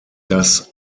das